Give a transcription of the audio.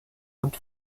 und